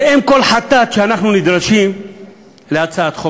זה אם כל חטאת שאנחנו נדרשים להצעת חוק